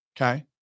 Okay